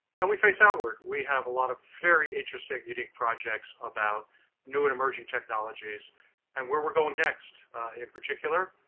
and we face outward. we have a lot of very interesting projects about new and emerging technologies and where we are going next in particular,